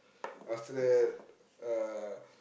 after that uh